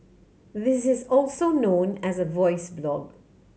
this is also known as a voice blog